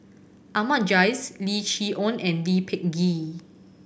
Ahmad Jais Lim Chee Onn and Lee Peh Gee